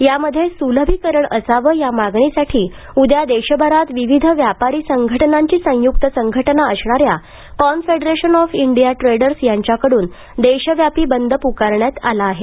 यामध्ये सुलभीकरण असाव या मागणीसाठी उद्या देशभरात विविध व्यापारी संघटनांची संयुक्त संघटना असणाऱ्या confederation of India traders यांच्याकडून देशव्यापी बंद पुकारण्यात आला आहे